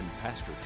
Pastor